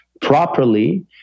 properly